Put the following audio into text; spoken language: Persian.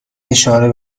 اشاره